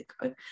ago